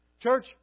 Church